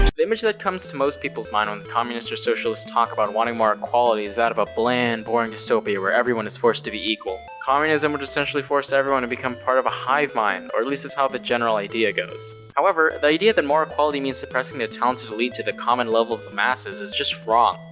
the image that comes to most people's mind when communists or socialists talk about wanting more equality is that of a bland, boring dystopia where everyone is forced to be equal. communism would essentially force everyone to become part of a hivemind, or at least that's how the general idea goes. however, the idea that more equality means suppressing the talented elite to the common level of the masses is just wrong.